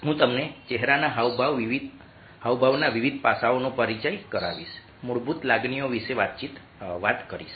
હું તમને ચહેરાના હાવભાવના વિવિધ પાસાઓનો પરિચય કરાવીશ મૂળભૂત લાગણીઓ વિશે વાત કરીશ